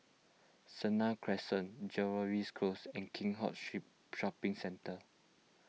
Senang Crescent Jervois Close and Keat Hong Street Shopping Centre